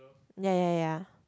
ya ya ya